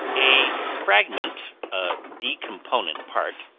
a fragment, a decomponent part,